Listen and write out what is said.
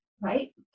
right